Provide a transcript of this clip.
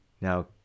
now